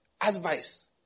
advice